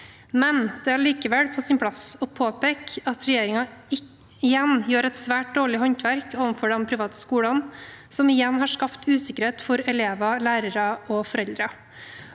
men det er likevel på sin plass å påpeke at regjeringen igjen gjør et svært dårlig håndverk overfor de private skolene, noe som igjen har skapt usikkerhet for elever, lærere og foreldre.